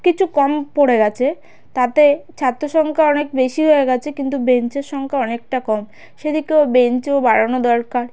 কিছু কম পড়ে গেছে তাতে ছাত্র সংখ্যা অনেক বেশি হয়ে গেছে কিন্তু বেঞ্চের সংখ্যা অনেকটা কম সেদিকেও বেঞ্চও বাড়ানো দরকার